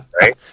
Right